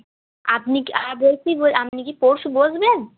আপনি কি আর বলছি আপনি কি পরশু বসবেন